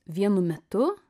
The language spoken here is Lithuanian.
vienu metu